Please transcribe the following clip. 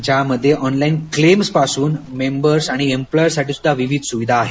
ज्यामध्ये ऑनलाईन क्लेम्सपासून मेंबर्स आणि आणि एम्पॉईससाठी सुद्धा विविध सुविधा आहेत